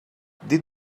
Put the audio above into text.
dit